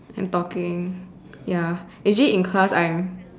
I'm talking ya actually in class I'm